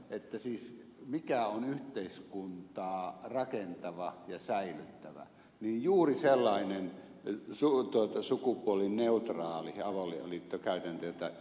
mikä siis on yhteiskuntaa rakentava ja säilyttävä niin juuri sellainen sukupuolineutraali avioliittokäytäntö jota tässä nyt kannatetaan